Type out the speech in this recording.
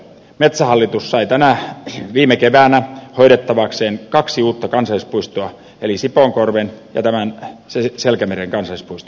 metsähallitus sai viime keväänä hoidettavakseen kaksi uutta kansallispuistoa eli sipoonkorven ja tämän selkämeren kansallispuiston